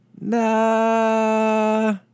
Nah